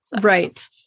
Right